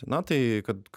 na tai kad